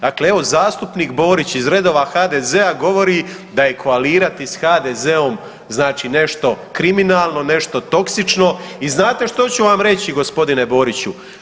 Dakle evo, zastupnik Borić iz redova HDZ-a govori da je koalirati s HDZ-om znači nešto kriminalno, nešto toksično i znate što ću vam reći, g. Boriću?